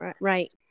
Right